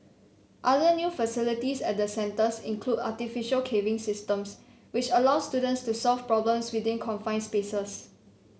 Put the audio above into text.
other new facilities at the centres include artificial caving systems which allow students to solve problems within confined spaces